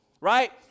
Right